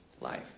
life